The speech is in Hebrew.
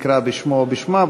יקרא בשמו או בשמה,